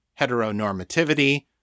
heteronormativity